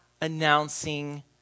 announcing